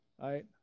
right